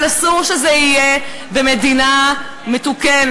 אבל אסור שזה יהיה במדינה מתוקנת.